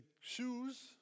shoes